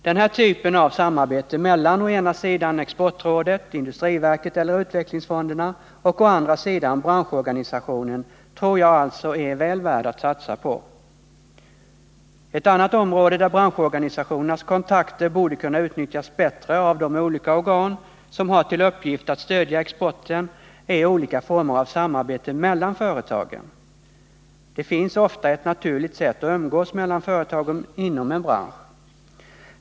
Den här typen av samarbete mellan å ena sidan Exportrådet, industriverket eller utvecklingsfonderna och å andra sidan branschorganisationen tror jag alltså är värd att satsa på. Ett annat område, där branschorganisationernas kontakter borde kunna utnyttjas bättre av de olika organ som har till uppgift att stödja exporten, är olika former av samarbete mellan företagen. Det finns ofta ett naturligt sätt att umgås mellan företagen inom en bransch.